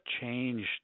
changed